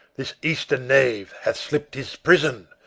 this eastern knave hath slipped his prison,